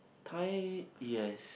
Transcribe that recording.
time yes